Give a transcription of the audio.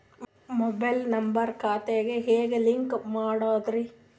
Mobile number ಖಾತೆ ಗೆ ಹೆಂಗ್ ಲಿಂಕ್ ಮಾಡದ್ರಿ?